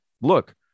look